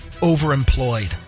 overemployed